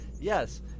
Yes